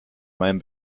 meinen